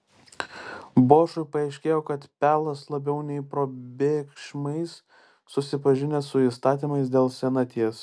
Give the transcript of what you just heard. bošui paaiškėjo kad pelas labiau nei probėgšmais susipažinęs su įstatymais dėl senaties